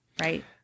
right